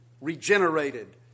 regenerated